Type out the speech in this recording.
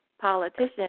politician